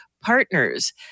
partners